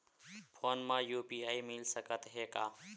Phone मा UPI मिल सकत हे का?